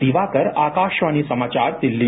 दिवाकर आकाशवाणी समाचार दिल्ली